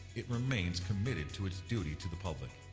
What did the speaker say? it remains committed to its duty to the public,